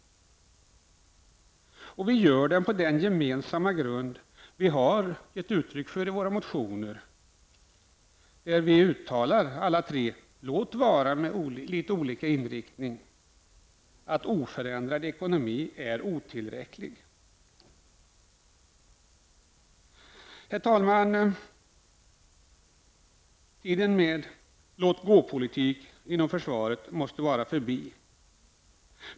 Vi gör det på den gemensamma grund vi har i det förhållandet att vi alla tre, i och för sig med olika inriktning, finner att oförändrad ekonomi är otillräcklig. Herr talman! Tiden med låt-gå-politik inom försvaret måste vara förbi.